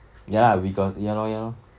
ya lah we got ya lor ya lor